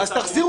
לפי החוק הזה,